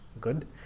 good